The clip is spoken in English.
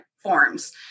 forms